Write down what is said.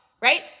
Right